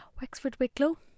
Wexford-Wicklow